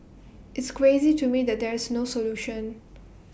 it's crazy to me that there's no solution